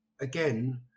again